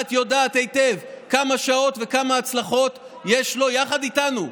את יודעת היטב כמה שעות וכמה הצלחות יש לו יחד איתנו,